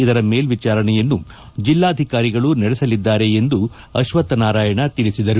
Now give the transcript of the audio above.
ಇದರ ಮೇಲ್ವಿಚಾರಣೆಯನ್ನು ಜಿಲ್ವಾಧಿಕಾರಿಗಳು ನಡೆಸಲಿದ್ದಾರೆ ಎಂದು ಅಶ್ವಕ್ಷ ನಾರಾಯಣ ತಿಳಿಸಿದರು